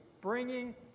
bringing